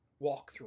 walkthrough